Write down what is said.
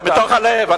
זה מתוך הלב.